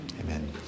Amen